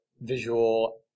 visual